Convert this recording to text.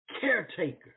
Caretaker